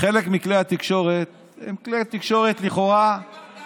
חלק מכלי התקשורת הם כלי תקשורת לכאורה, דוד,